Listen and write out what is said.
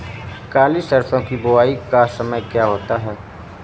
काली सरसो की बुवाई का समय क्या होता है?